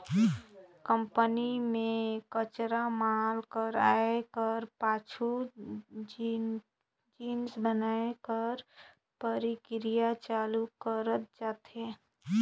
company में कच्चा माल कर आए कर पाछू जिनिस बनाए कर परकिरिया चालू करल जाथे